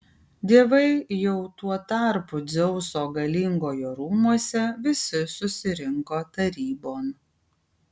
dievai jau tuo tarpu dzeuso galingojo rūmuose visi susirinko tarybon